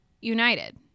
united